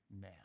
now